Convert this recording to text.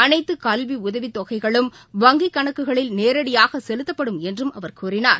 அனைத்துகல்விஉதவிதொகைகளும் வங்கிக் கணக்குகளில் நேரடியாகசெலுத்தப்படும் என்றும் அவர் கூறினார்